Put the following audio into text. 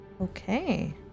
Okay